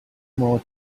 more